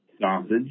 sausage